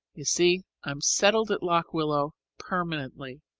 you see i'm settled at lock willow permanently.